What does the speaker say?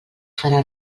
farà